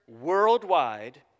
worldwide